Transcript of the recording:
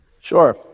Sure